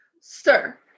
Sir